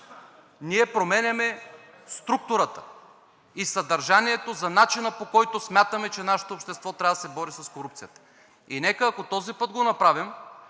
ние променяме структурата и съдържанието на начина, по който смятаме, че нашето общество трябва да се бори с корупцията. Нека, ако този път го направим,